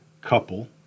couple